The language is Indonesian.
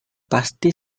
pasti